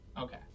Okay